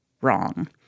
wrong